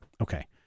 Okay